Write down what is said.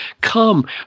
come